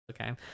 Okay